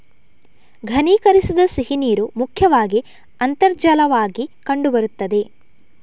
ಘನೀಕರಿಸದ ಸಿಹಿನೀರು ಮುಖ್ಯವಾಗಿ ಅಂತರ್ಜಲವಾಗಿ ಕಂಡು ಬರುತ್ತದೆ